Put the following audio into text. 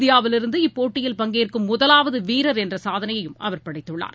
இந்தியாவிலிருந்து இப்போட்டியில் பங்கேற்கும் முதவாவதுவீரர் என்றசாதனையையும் அவர் படைத்துள்ளார்